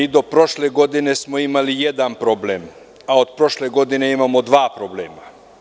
Do prošle godine smo imali jedan problem, a od prošle godine imamo dva problema.